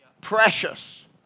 Precious